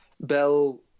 bell